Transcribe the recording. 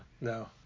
No